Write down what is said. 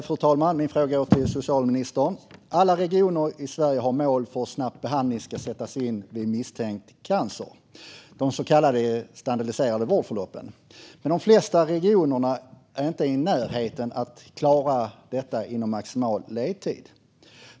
Fru talman! Min fråga går till socialministern. Alla regioner i Sverige har mål för hur snabbt behandling ska sättas in vid misstänkt cancer, de så kallade standardiserade vårdförloppen. Men de flesta regioner är inte i närheten av att klara detta inom maximal ledtid.